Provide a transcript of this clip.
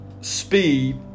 speed